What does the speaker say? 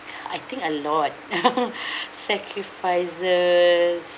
I think a lot sacrifices